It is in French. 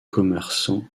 commerçant